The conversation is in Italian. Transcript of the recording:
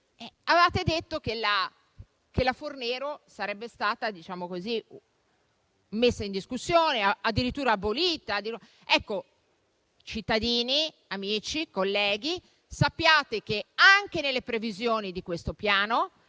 - che la legge Fornero sarebbe stata messa in discussione e addirittura abolita. Ebbene, cittadini, amici e colleghi, sappiate che anche nelle previsioni di questo Piano